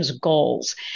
goals